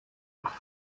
ukundi